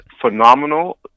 phenomenal